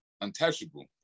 untouchable